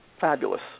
Fabulous